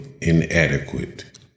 inadequate